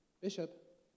Bishop